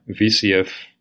VCF